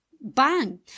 bang